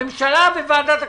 הממשלה, בוועדת הכספים.